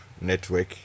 Network